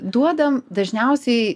duodam dažniausiai